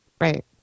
Right